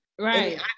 right